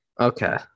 okay